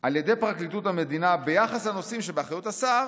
על ידי פרקליטות המדינה ביחס לנושאים שבאחריות השר